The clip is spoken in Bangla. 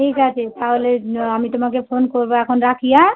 ঠিক আছে তাহলে আমি তোমাকে ফোন করবো এখন রাখি অ্যাঁ